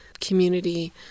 community